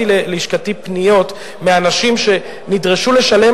אחמד טיבי לא נמצא.